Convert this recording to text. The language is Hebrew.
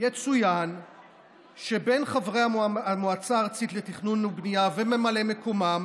יצוין שעם חברי המועצה הארצית לתכנון ובנייה וממלאי מקומם